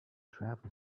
travel